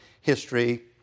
history